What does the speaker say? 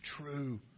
true